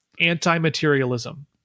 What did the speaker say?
anti-materialism